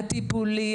הטיפולי,